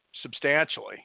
substantially